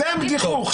זה הגיחוך.